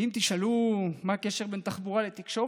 ואם תשאלו מה הקשר בין תחבורה לתקשורת,